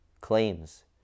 claims